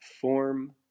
form